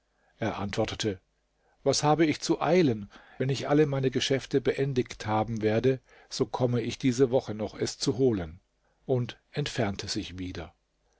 er antwortete was habe ich zu eilen wenn ich alle meine geschäfte beendigt haben werde so komme ich diese woche noch es zu holen und entfernte sich wieder